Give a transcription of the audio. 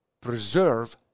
preserve